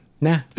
Nah